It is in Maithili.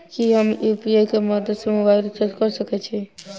की हम यु.पी.आई केँ मदद सँ मोबाइल रीचार्ज कऽ सकैत छी?